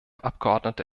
abgeordnete